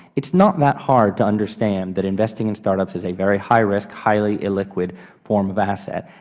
it is not that hard to understand that investing in startups is a very highrisk, highly illiquid form of asset,